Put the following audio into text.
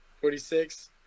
Forty-six